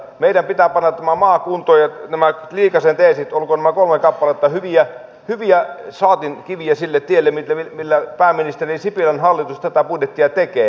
meidän pitää panna tämä maa kuntoon ja nämä liikasen teesit kolme kappaletta olkoot hyviä saatinkiviä sille tielle millä pääministeri sipilän hallitus tätä budjettia tekee